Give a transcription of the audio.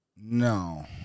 No